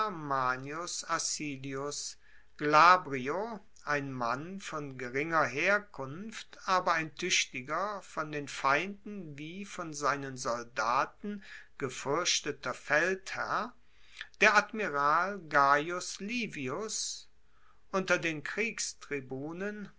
manius acilius glabrio ein mann von geringer herkunft aber ein tuechtiger von den feinden wie von seinen soldaten gefuerchteter feldherr der admiral gaius livius unter den